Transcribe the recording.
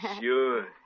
Sure